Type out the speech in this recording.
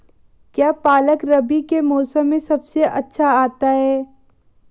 क्या पालक रबी के मौसम में सबसे अच्छा आता है?